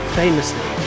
famously